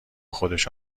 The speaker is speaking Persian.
خودش